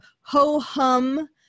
ho-hum